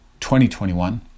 2021